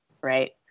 right